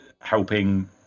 helping